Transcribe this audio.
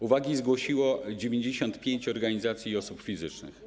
Uwagi zgłosiło 95 organizacji i osób fizycznych.